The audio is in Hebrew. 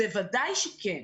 בוודאי שכן.